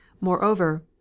Moreover